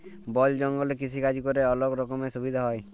বল জঙ্গলে কৃষিকাজ ক্যরে অলক রকমের সুবিধা হ্যয়